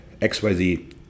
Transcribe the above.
XYZ